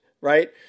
right